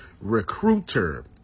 Recruiter